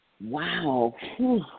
Wow